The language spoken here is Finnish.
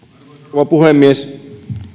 rouva puhemies